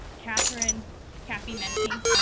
katherine kathy mintie,